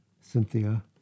Cynthia